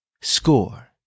score